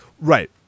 right